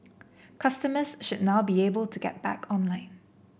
customers should now be able to get back online